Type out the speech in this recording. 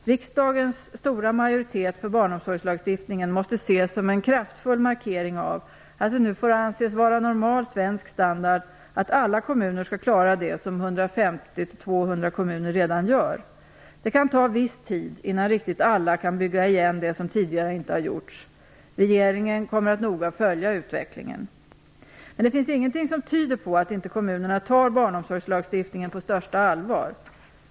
Riksdagens stora majoritet för barnomsorgslagstiftningen måste ses som en kraftfull markering av att det nu får anses vara normal svensk standard att alla kommuner skall klara det som 150-200 kommuner redan gör. Det kan ta viss tid innan riktigt alla kan bygga igen det som tidigare inte har gjorts. Regeringen kommer att noga följa utvecklingen. Men det finns ingenting som tyder på att inte kommunerna tar barnomsorgslagstiftningen på största allvar.